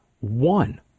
one